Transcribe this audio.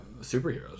superheroes